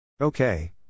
Okay